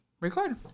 record